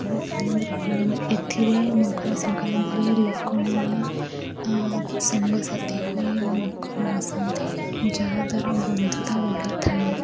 ବହୁତ ଆନନ୍ଦରେ ଏଥିରେ ମକର ସଂକ୍ରାନ୍ତିରେ ଲୋକମାନେ ସାଙ୍ଗସାଥି ହୋଇ ମକର ବସନ୍ତି ଯାହାଦ୍ୱାରା ବନ୍ଧୁତା ବଢ଼ିଥାଏ